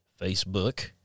Facebook